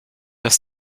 dass